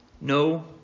no